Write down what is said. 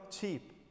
cheap